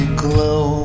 glow